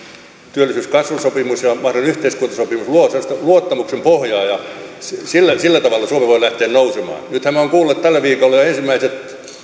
työllisyys ja kasvusopimus ja mahdollinen yhteiskuntasopimus luo sellaista luottamuksen pohjaa ja sillä tavalla suomi voi lähteä nousemaan nythän me olemme kuulleet tällä viikolla jo ensimmäiset